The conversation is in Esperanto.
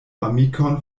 amikon